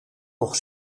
nog